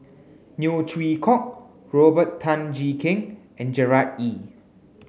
Neo Chwee Kok Robert Tan Jee Keng and Gerard Ee